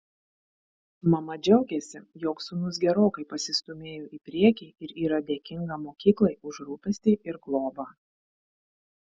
mama džiaugiasi jog sūnus gerokai pasistūmėjo į priekį ir yra dėkinga mokyklai už rūpestį ir globą